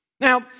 Now